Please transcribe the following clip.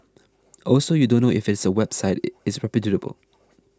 also you don't know if there's a website is reputable